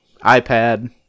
iPad